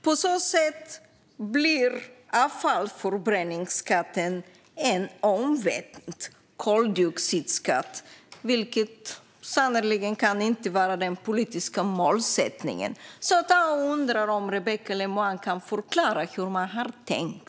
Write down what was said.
På så sätt blir avfallsförbränningsskatten en omvänd koldioxidskatt, vilket sannerligen inte kan vara den politiska målsättningen. Jag undrar om Rebecka Le Moine kan förklara hur man har tänkt.